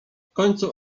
końcu